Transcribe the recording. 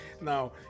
now